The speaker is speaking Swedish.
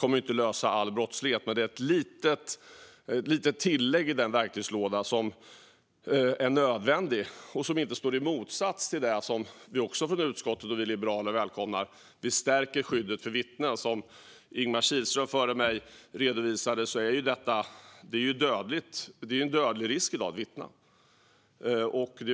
Detta är inte lösningen på all brottslighet, men det är ett litet tillägg i verktygslådan som är nödvändigt och inte står i motsats till det som vi från utskottets och Liberalernas sida också välkomnar: ett stärkt skydd för vittnen. Som Ingemar Kihlström före mig redogjorde för utgör det i dag en dödlig risk att vittna.